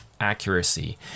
accuracy